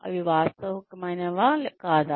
అవి వాస్తవికమైనవా కాదా